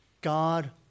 God